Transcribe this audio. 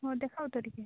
ହଁ ଦେଖାଅ ତ ଟିକେ